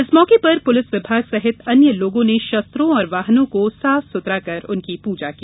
इस मौके पर पुलिस विभाग सहित अन्य लोगों ने शस्त्रों और वाहनों को साफ सुथरा कर उनकी पूजा की